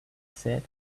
said